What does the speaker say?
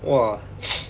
!wah!